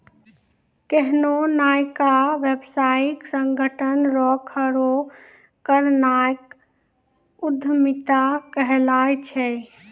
कोन्हो नयका व्यवसायिक संगठन रो खड़ो करनाय उद्यमिता कहलाय छै